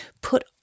put